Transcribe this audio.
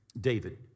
David